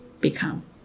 become